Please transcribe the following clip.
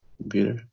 Computer